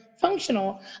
functional